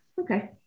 Okay